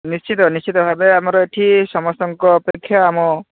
ନିଶ୍ଚିତ ନିଶ୍ଚିତ ଭାବେ ଆମର ଏଠି ସମସ୍ତଙ୍କ ଅପେକ୍ଷା ଆମ